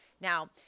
Now